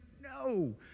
No